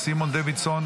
סימון דוידסון,